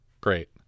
great